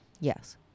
yes